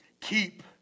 Keep